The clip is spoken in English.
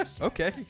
Okay